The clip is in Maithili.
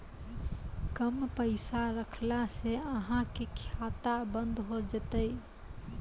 कम पैसा रखला से अहाँ के खाता बंद हो जैतै?